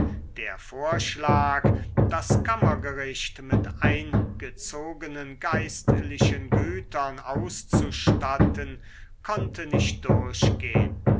der vorschlag das kammergericht mit eingezogenen geistlichen gütern auszustatten konnte nicht durchgehn